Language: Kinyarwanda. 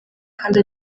kandi